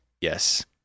yes